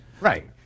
Right